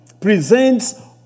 presents